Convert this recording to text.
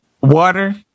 Water